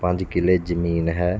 ਪੰਜ ਕਿੱਲੇ ਜ਼ਮੀਨ ਹੈ